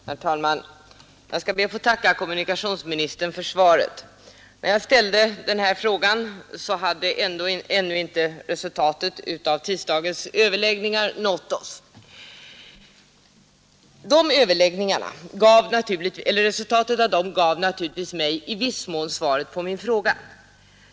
Herr talman! Jag skall be att få tacka kommunikationsministern för svaret. När jag ställde den här frågan hade ännu inte resultatet av tisdagens överläggningar nått oss. Resultatet av de överläggningarna gav mig naturligtvis i viss mån ett svar på min fråga.